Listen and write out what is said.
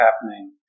happening